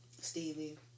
Stevie